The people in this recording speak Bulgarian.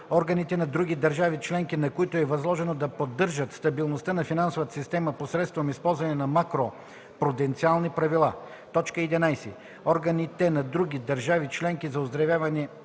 органите на други държави членки, на които е възложено да поддържат стабилността на финансовата система посредством използването на макропруденциални правила; 11. органите на други държави членки за оздравяване